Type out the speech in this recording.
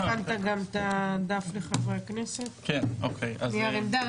הכנת גם את הדף לחברי הכנסת, נייר עמדה.